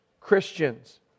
Christians